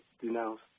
denounce